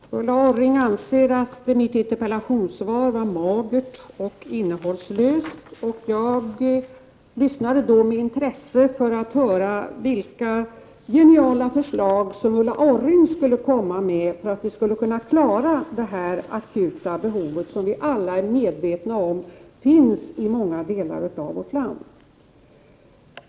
Fru talman! Ulla Orring ansåg att mitt interpellationssvar var magert och innehållslöst. Därför lyssnade jag med intresse på Ulla Orring för att höra vilka geniala förslag hon skulle komma med för att vi skulle kunna klara det här akuta behovet. Alla är vi ju medvetna om att det är ett akut behov i många delar av vårt land.